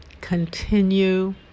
continue